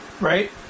Right